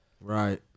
right